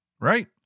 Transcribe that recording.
right